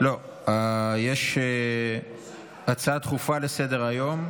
יש הצעה דחופה לסדר-היום.